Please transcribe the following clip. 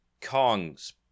Kong's